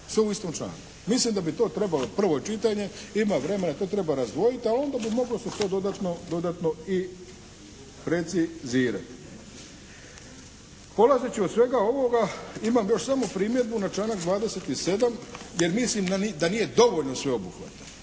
Mislim da bi to trebalo prvo čitanje, ima vremena, to treba razdvojiti a onda bi moglo se to dodatno i precizirati. Polazeći od svega ovoga imam još samo primjedbu na članak 27. jer mislim da nije dovoljno sveobuhvatan.